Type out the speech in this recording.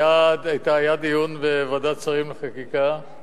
היה דיון בוועדת שרים לחקיקה,